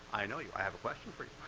i know you, i have a question for you.